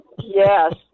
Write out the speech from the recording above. Yes